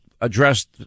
addressed